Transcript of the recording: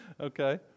Okay